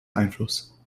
einfluss